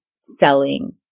selling